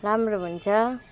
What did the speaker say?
राम्रो हुन्छ